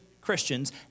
Christians